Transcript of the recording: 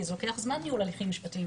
כי זה לוקח זמן ניהול הליכים משפטיים,